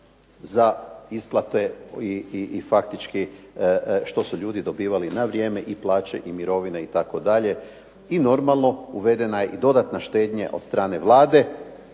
za isplate i faktički što su ljudi dobivali na vrijeme i plaće i mirovine itd., i normalno uvedena je i dodatna štednja od strane Vlade,